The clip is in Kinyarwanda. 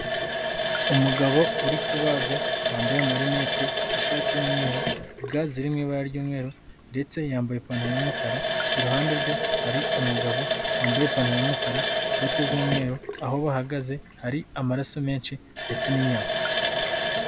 Umugabo uri kubaga wambaye amarinete n'ishati y'umweru, ga ziri mu ibara ry'umweru ndetse yambaye ipantaro y'umukara, iruhande rwe hari umugabo wambaye ipantaro y'umukara, bote z'umweru aho bahagaze hari amaraso menshi ndetse n'inyama.